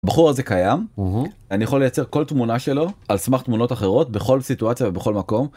הבחור הזה קיים אני יכול לייצר כל תמונה שלו על סמך תמונות אחרות בכל סיטואציה ובכל מקום.